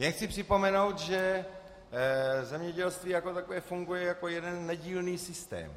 Jen chci připomenout, že zemědělství jako takové funguje jako jeden nedílný systém.